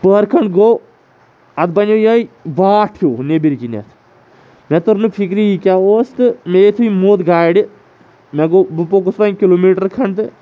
پارکَن گوٚو اَتھ بَنیو یِہوے واٹھ ہیو نیبرۍ کِنیتھ مےٚ توٚر نہٕ فِکری یہِ کیاہ اوس تہٕ مےٚ یِتھُے موتھ گاڑِ مےٚ گوٚو بہٕ پوٚکُس وۄنۍ کِلومیٖٹر کھنٛڈ تہٕ